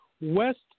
West